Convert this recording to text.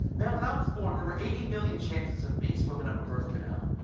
then, when i was born, there were eighty million chances of me swimming up a birth canal